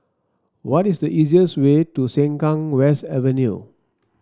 what is the easiest way to Sengkang West Avenue